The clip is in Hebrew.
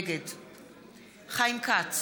נגד חיים כץ,